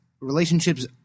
Relationships